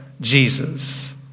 Jesus